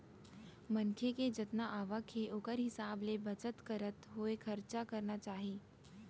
मनखे के जतना आवक के ओखर हिसाब ले बचत करत होय खरचा करना चाही